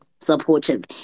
supportive